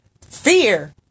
Fear